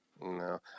No